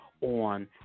on